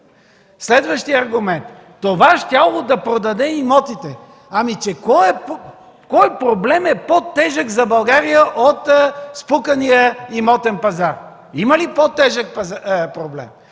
Следващият аргумент – това щяло да продаде имотите. Ами че кой проблем е по-тежък за България от спукания имотен пазар? Има ли по-тежък проблем?